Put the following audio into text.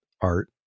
art